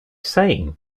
saying